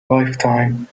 lifetime